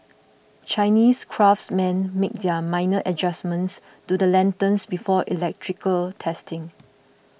Chinese craftsmen make minor adjustments to the lanterns before electrical testing